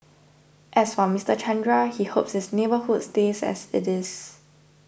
as for Mister Chandra he hopes his neighbourhood stays as it is